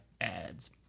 ads